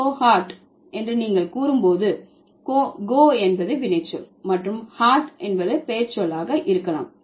கோ card என்று நீங்கள் கூறும் போது கோ என்பது வினைச்சொல் மற்றும் கார்ட் பெயர்ச்சொல்லாக இருக்கலாம்